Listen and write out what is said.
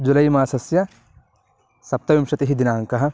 जुलै मासस्य सप्तविंशतिः दिनाङ्कः